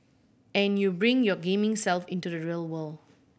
and you bring your gaming self into the real world